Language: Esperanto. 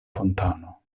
fontano